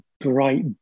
bright